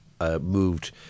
moved